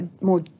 more